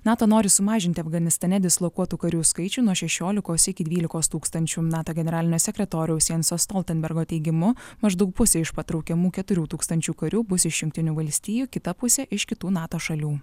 nato nori sumažinti afganistane dislokuotų karių skaičių nuo šešiolikos iki dvylikos tūkstančių nato generalinio sekretoriaus janso stoltenbergo teigimu maždaug pusė iš patraukiamų keturių tūkstančių karių bus iš jungtinių valstijų kita pusė iš kitų nato šalių